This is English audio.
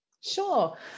Sure